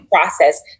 process